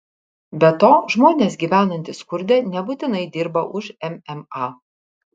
be to žmonės gyvenantys skurde nebūtinai dirba už mma